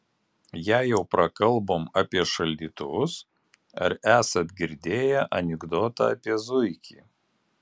jei jau prakalbom apie šaldytuvus ar esat girdėję anekdotą apie zuikį